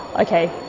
okay,